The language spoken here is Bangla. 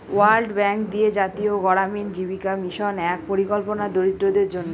ওয়ার্ল্ড ব্যাঙ্ক দিয়ে জাতীয় গড়ামিন জীবিকা মিশন এক পরিকল্পনা দরিদ্রদের জন্য